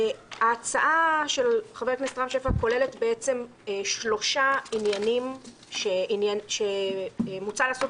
ההצעה של חבר הכנסת רם שפע כוללת שלושה עניינים שמוצע לעשות